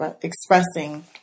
expressing